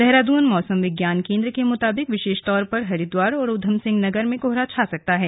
देहरादन मौसम विज्ञान केंद्र के मृताबिक विशेष तौर पर हरिद्वार और उधमसिंहनगर में कोहरा छा सकता है